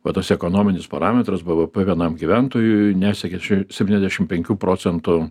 va tas ekonominis parametras bvp vienam gyventojui nesiekė septyniasdešimt penkių procentų